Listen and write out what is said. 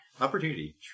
Opportunity